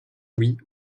louis